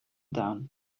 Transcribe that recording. down